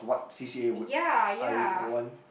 ya ya